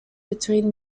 between